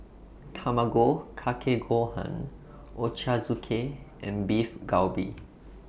Tamago Kake Gohan Ochazuke and Beef Galbi